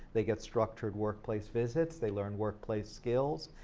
they get structured workplace visits, they learn workplace skills,